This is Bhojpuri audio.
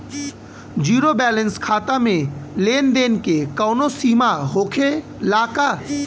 जीरो बैलेंस खाता में लेन देन के कवनो सीमा होखे ला का?